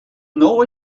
know